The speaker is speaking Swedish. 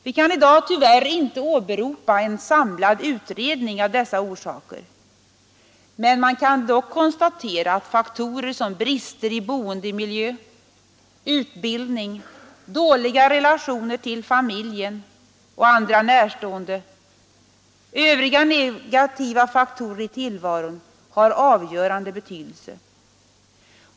Vi kan i dag tyvärr inte åberopa någon samlad utredning av dessa orsaker, men man kan konstatera att sådana faktorer som brister i boendemiljön och i utbildningen, dåliga relationer till familjen och andra närstående samt övriga negativa faktorer i tillvaron har avgörande betydelse.